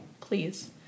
Please